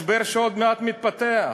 משבר שעוד מעט מתפתח,